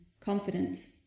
confidence